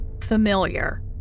familiar